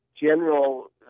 general